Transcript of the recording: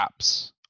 apps